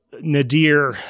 Nadir